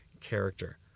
character